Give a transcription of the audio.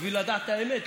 בשביל לדעת את האמת,